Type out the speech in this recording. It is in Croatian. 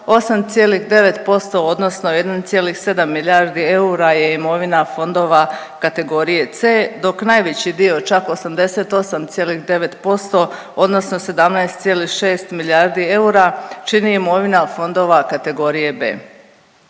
8,9% odnosno 1,7 milijardi eura je imovina fondova kategorije C, dok najveći dio čak 88,9% odnosno 17,6 milijardi eura, čini imovina fondova kategorije B.